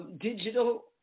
digital